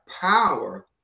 power